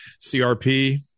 CRP